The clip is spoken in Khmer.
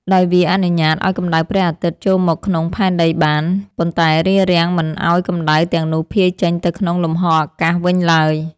ដោយវាអនុញ្ញាតឱ្យកម្ដៅព្រះអាទិត្យចូលមកក្នុងផែនដីបាន ប៉ុន្តែរារាំងមិនឱ្យកម្ដៅទាំងនោះភាយចេញទៅក្នុងលំហអាកាសវិញឡើយ។